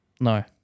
No